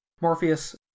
Morpheus